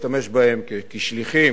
להשתמש בהם כשליחים,